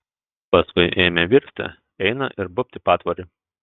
paskui ėmė virsti eina ir bubt į patvorį